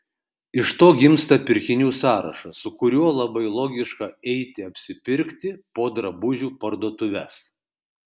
iš to gimsta pirkinių sąrašas su kuriuo labai logiška eiti apsipirkti po drabužių parduotuves